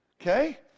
okay